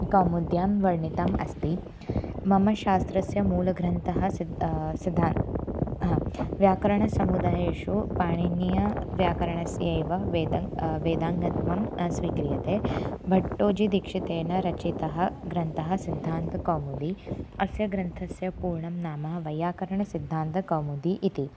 कौमुद्यां वर्णितम् अस्ति मम शास्त्रस्य मूलग्रन्थः सिद्धः सिद्धान्तः हा व्याकरणसमुदाये पाणिनीयव्याकरणस्य एव वेदाङ्गं वेदाङ्गत्वं स्वीक्रियते भट्टोजिदीक्षितेन रचितः ग्रन्थः सिद्धान्कौमुदी अस्य ग्रन्थस्य पूर्णं नाम वैयाकरणसिद्धान्तकौमुदी इति